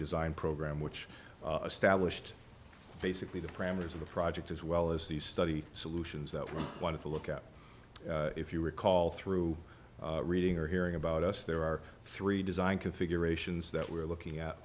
design program which established basically the parameters of the project as well as the study solutions that we wanted to look at if you recall through reading or hearing about us there are three design configurations that we're looking